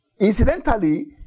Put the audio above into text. incidentally